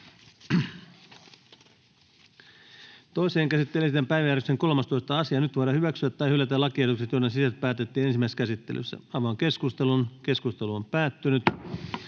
Toiseen käsittelyyn esitellään päiväjärjestyksen 7. asia. Nyt voidaan hyväksyä tai hylätä lakiehdotukset, joiden sisällöstä päätettiin ensimmäisessä käsittelyssä. — Edustaja Peltokangas.